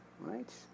right